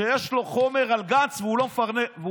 שיש לו חומר על גנץ והוא לא מפרסם.